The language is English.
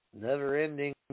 Never-ending